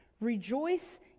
Rejoice